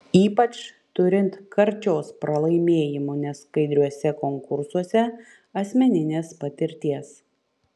ypač turint karčios pralaimėjimų neskaidriuose konkursuose asmeninės patirties